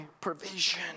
provision